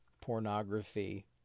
pornography